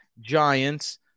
giants